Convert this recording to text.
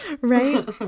Right